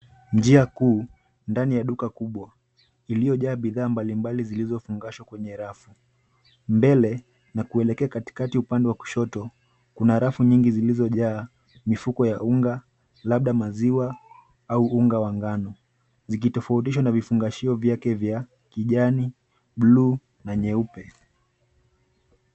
Njia kuu ndani ya duka kubwa iliyojaa bidhaa mbalimbali zilizofungashwa kwenye rafu. Mbele na kuelekea katikati upande wa kushoto kuna rafu nyingi zilizojaa mifuko ya unga labda maziwa au unga wa ngano, zikitofautishwa na vifungashio vyake vya kijani, bluu na nyeupe.